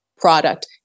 product